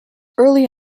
early